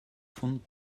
von